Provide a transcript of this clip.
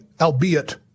albeit